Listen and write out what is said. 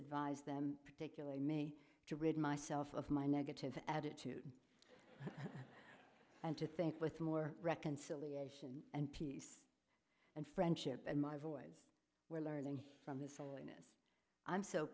advised them particularly me to rid myself of my negative attitude and just think with more reconciliation and peace and friendship and my boys were learning from this